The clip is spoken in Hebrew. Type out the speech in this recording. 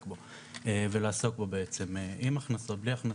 בו ולעסוק בו עם הכנסות או בלי הכנסות.